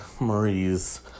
Marie's